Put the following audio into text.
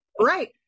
Right